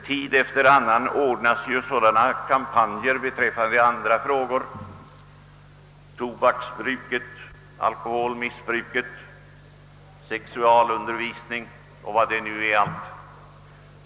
Tid efter annan ordnas sådana kampanjer beträffande andra frågor, tobaksbruk, alkoholmissbruk, sexualundervisning 0. s. v.